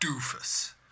doofus